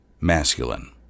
masculine